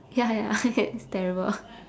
ya ya it's terrible